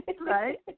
right